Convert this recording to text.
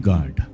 God